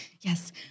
Yes